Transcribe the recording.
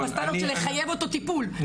בסטנדרט של לחייב אותו טיפול,